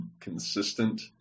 consistent